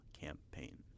campaign